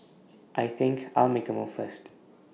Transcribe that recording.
I think I'll make A move first